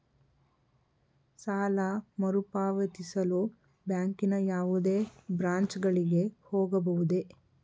ಸಾಲ ಮರುಪಾವತಿಸಲು ಬ್ಯಾಂಕಿನ ಯಾವುದೇ ಬ್ರಾಂಚ್ ಗಳಿಗೆ ಹೋಗಬಹುದೇ?